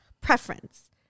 Preference